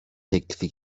teklifi